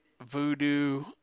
Voodoo